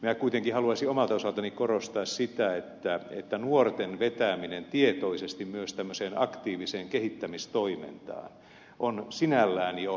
minä kuitenkin haluaisin omalta osaltani korostaa sitä että nuorten vetäminen tietoisesti myös tämmöiseen aktiiviseen kehittämistoimintaan on sinällään jo